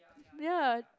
ya